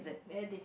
very diff~